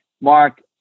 Mark